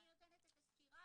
אני נותנת את הסקירה.